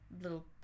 little